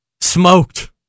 smoked